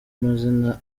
mazina